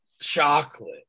chocolate